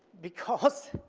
because